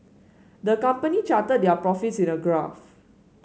the company charted their profits in a graph